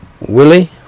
Willie